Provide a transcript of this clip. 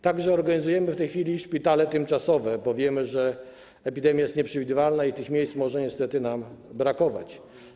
Także organizujemy w tej chwili szpitale tymczasowe, bo wiemy, że epidemia jest nieprzewidywalna i miejsc może niestety nam brakować.